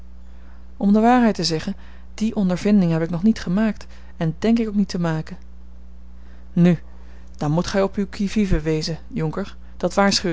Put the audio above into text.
om de waarheid te zeggen die ondervinding heb ik nog niet gemaakt en denk ik ook niet te maken nu dan moet gij op uw qui vive wezen jonker